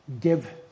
Give